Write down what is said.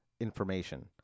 information